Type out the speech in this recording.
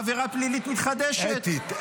עבירה פלילית מתחדשת -- אתית,